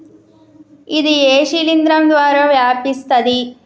ఇది ఏ శిలింద్రం ద్వారా వ్యాపిస్తది?